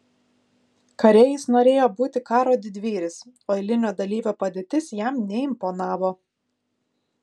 kare jis norėjo būti karo didvyris o eilinio dalyvio padėtis jam neimponavo